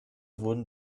wurden